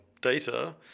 data